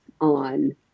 on